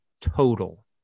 total